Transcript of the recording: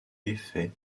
défait